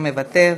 מוותר,